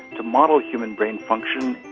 to model human brain function,